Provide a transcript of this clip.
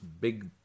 big